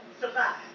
survive